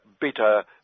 bitter